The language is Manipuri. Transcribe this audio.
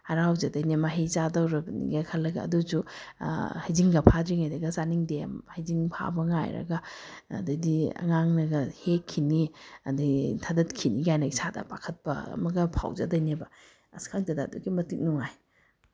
ꯍꯔꯥꯎꯖꯗꯣꯏꯅꯦ ꯃꯍꯩ ꯆꯥꯗꯧꯔꯕꯅꯤꯒ ꯈꯜꯂꯒ ꯑꯗꯨꯁꯨ ꯍꯩꯖꯤꯡꯒ ꯐꯥꯗ꯭ꯔꯤꯉꯩꯗꯒ ꯆꯥꯅꯤꯡꯗꯦ ꯍꯩꯖꯤꯡ ꯐꯥꯕ ꯉꯥꯏꯔꯒ ꯑꯗꯩꯗꯤ ꯑꯉꯥꯡꯅꯒ ꯍꯦꯛꯈꯤꯅꯤ ꯑꯗꯩ ꯊꯗꯠꯈꯤꯅꯤ ꯀꯥꯏꯅ ꯏꯁꯥꯗ ꯄꯥꯈꯠꯄ ꯑꯃꯒ ꯐꯥꯎꯖꯗꯣꯏꯅꯦꯕ ꯑꯁ ꯈꯪꯗꯦꯗ ꯑꯗꯨꯛꯀꯤ ꯃꯇꯤꯛ ꯅꯨꯡꯉꯥꯏ